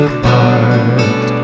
apart